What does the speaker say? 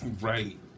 Right